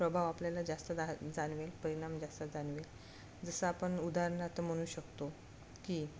प्रभाव आपल्याला जास्त जा जाणवेल परिणाम जास्त जाणवेल जसं आपण उदाहरणार्थ म्हणू शकतो की